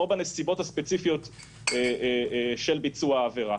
או בנסיבות הספציפיות של ביצוע העבירה.